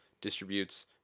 distributes